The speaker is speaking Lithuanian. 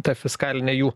ta fiskalinė jų